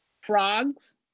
frogs